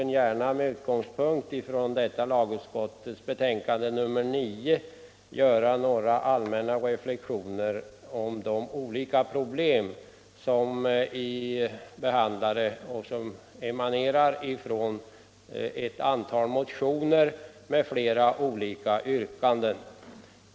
Men jag har, herr talman, närmast begärt ordet för att göra några allmänna reflexioner om de olika problem som behandlas i lagutskottets betänkande och som har tagits upp i ett antal motioner med flera olika yrkanden.